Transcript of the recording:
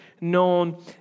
known